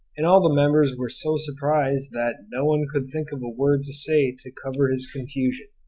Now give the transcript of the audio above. and all the members were so surprised that no one could think of a word to say to cover his confusion.